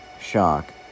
shock